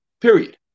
period